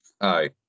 Aye